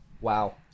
Wow